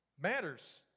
matters